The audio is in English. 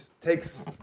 takes